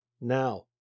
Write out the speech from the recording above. Now